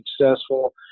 successful